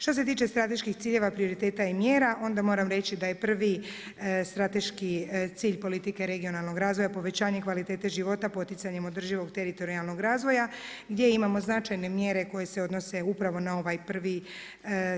Što se tiče strateških ciljeva, prioriteta i mjera onda moram reći da je prvi strateški cilj politike regionalnog razvoja povećanje kvalitete života, poticanjem održivog teritorijalnog razvoja, gdje imamo značajne mjere koje se odnose upravo na ovaj prvi